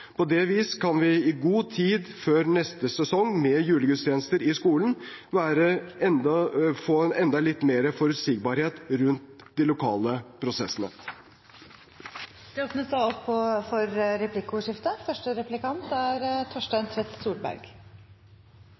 På det vis kan vi i god tid før neste sesong med julegudstjenester i skolen få enda litt mer forutsigbarhet rundt de lokale prosessene. Det